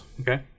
Okay